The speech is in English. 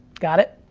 got it?